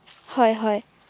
হয় হয়